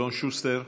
אלון שוסטר,